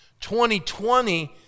2020